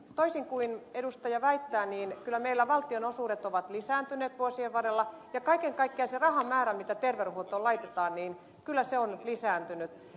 toisin kuin edustaja väittää kyllä meillä valtionosuudet ovat lisääntyneet vuosien varrella ja kaiken kaikkiaan se rahamäärä mitä terveydenhuoltoon laitetaan on lisääntynyt